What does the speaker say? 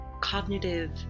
cognitive